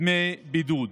דמי בידוד.